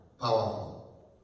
Powerful